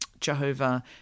Jehovah